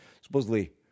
supposedly